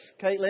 Caitlin